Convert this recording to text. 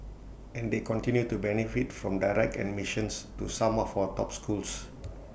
and they continue to benefit from direct admissions to some of our top schools